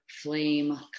flame